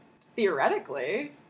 Theoretically